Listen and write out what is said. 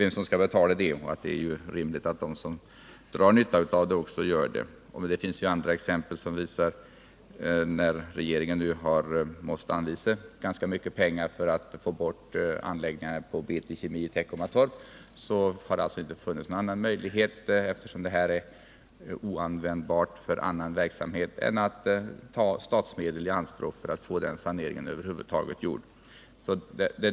Det är rimligt att de som drar nytta av dem också betalar. Som ett annat exempel kan anföras att regeringen nu måste anvisa mycket pengar för att få bort anläggningarna hos BT Kemi i Teckomatorp. Då har det inte funnits någon annan möjlighet än att ta statsmedel i anspråk för att få denna sanering genomförd.